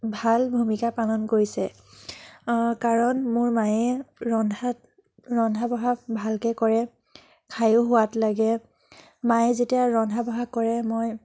ভাল ভূমিকা পালন কৰিছে কাৰণ মোৰ মায়ে ৰন্ধাত ৰন্ধা বঢ়াত ভালকৈ কৰে খায়ো সোৱাদ লাগে মায়ে যেতিয়া ৰন্ধা বঢ়া কৰে মই